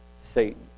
Satan